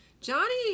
Johnny